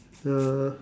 ya